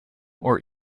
for